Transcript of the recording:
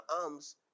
arms